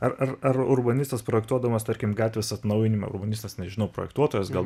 ar ar ar urbanistas projektuodamas tarkim gatvės atnaujinimą urbanistas nežinau projektuotojas gal